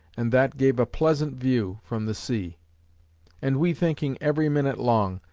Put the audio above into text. and that gave a pleasant view from the sea and we thinking every minute long,